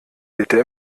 bitte